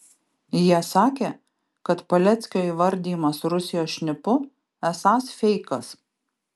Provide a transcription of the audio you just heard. jie sakė kad paleckio įvardijimas rusijos šnipu esąs feikas